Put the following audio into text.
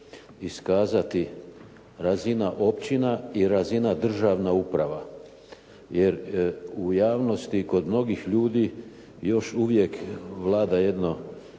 razina općina i razina državna uprava. Jer u javnosti kod mnogih ljudi još uvijek vlada jedno